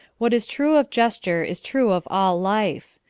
what is true of gesture is true of all life.